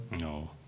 No